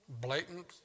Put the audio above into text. blatant